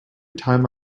time